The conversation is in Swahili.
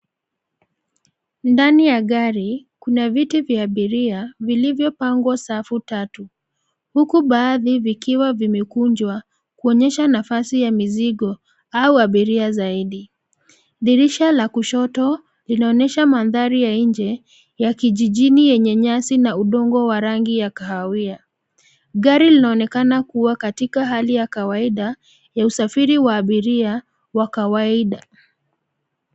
Ndani ya gari, kuna viti vya abiria vilivyopangwa safu tatu, huku baadhi vikiwa vimekunjwa kuonyesha nafasi ya mizigo au abiria zaidi. Dirisha la kushoto linaonyesha mandhari ya nje ya kijijini yenye nyasi na udongo wa rangi ya kahawia. Gari linaonekana kuwa katika hali ya kawaida ya usafiri wa abiria wa kawaida.